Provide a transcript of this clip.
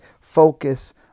focus